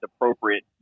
appropriate